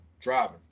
driving